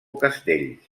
castells